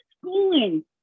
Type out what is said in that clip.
schooling